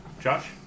Josh